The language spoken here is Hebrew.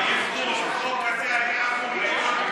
החוק הזה היה אמור להיות,